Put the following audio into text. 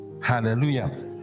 Hallelujah